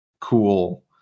cool